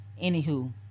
Anywho